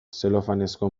zelofanezko